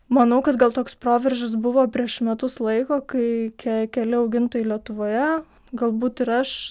manau kad gal toks proveržis buvo prieš metus laiko kai ke keli augintojai lietuvoje galbūt ir aš